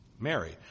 Mary